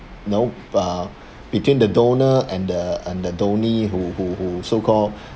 you know b~ uh between the donor and the and the donee who who who so-called